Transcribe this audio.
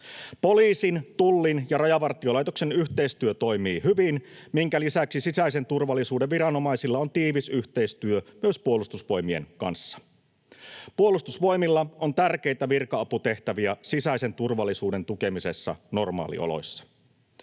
Poliisin, Tullin ja Rajavartiolaitoksen yhteistyö toimii hyvin, minkä lisäksi sisäisen turvallisuuden viranomaisilla on tiivis yhteistyö myös Puolustusvoimien kanssa. Puolustusvoimilla on tärkeitä virka-aputehtäviä sisäisen turvallisuuden tukemisessa normaalioloissa.